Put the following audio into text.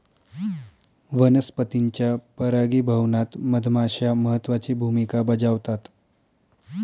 वनस्पतींच्या परागीभवनात मधमाश्या महत्त्वाची भूमिका बजावतात